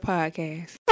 Podcast